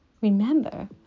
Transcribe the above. remember